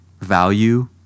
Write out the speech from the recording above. value